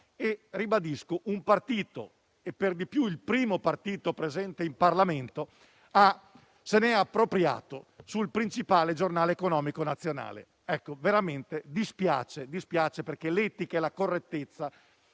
E ribadisco che un partito, per di più il primo partito presente in Parlamento, se n'è appropriato sul primo giornale economico nazionale. Veramente dispiace. Dispiace perché l'etica e la correttezza,